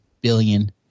billion